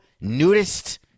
nudist